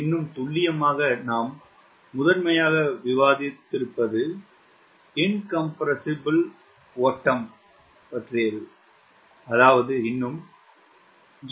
இன்னும் துல்லியமாக நாம் முதன்மையாக விவாதித்திருப்பது இன்கம்ப்ரெஸ்ஸிப்ளே ஓட்டம் பற்றியது அதாவது இன்னும் 0